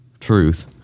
truth